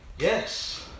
Yes